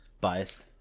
biased